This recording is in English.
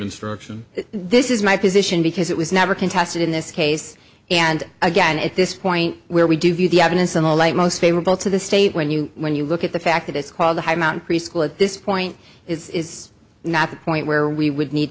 instruction this is my position because it was never contested in this case and again at this point where we do view the evidence in the light most favorable to the state when you when you look at the fact that it's called the high mountain preschool at this point is is not the point where we would need